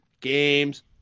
Games